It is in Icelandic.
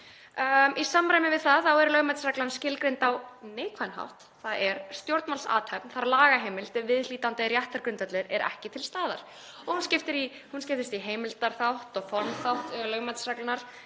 Í samræmi við það er lögmætisreglan skilgreind á neikvæðan hátt, þ.e. stjórnvaldsathöfn þarf lagaheimild ef viðhlítandi réttargrundvöllur er ekki til staðar. Hún skiptist í heimildarþátt og formþátt lögmætisreglunnar.